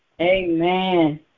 Amen